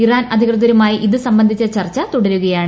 Iran അധികൃതരുമായി ഇത് സംബന്ധിച്ച ചർച്ച തുടരുകയാണ്